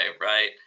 right